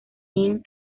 inn